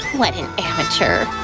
what an amateur.